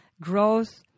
growth